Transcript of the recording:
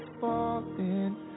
falling